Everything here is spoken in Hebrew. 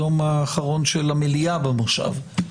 היום האחרון של המליאה במושב,